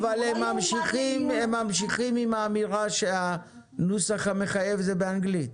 אבל הם ממשיכים עם האמירה שהנוסח המחייב הוא באנגלית.